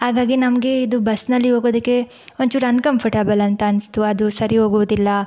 ಹಾಗಾಗಿ ನಮಗೆ ಇದು ಬಸ್ನಲ್ಲಿ ಹೋಗೋದಕ್ಕೆ ಒಂಚೂರು ಅನ್ಕಂಫರ್ಟೆಬಲ್ ಅಂತ ಅನಿಸ್ತು ಅದು ಸರಿ ಹೋಗುವುದಿಲ್ಲ